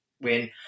win